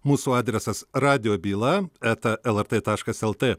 mūsų adresas radijo byla eta lrt taškas lt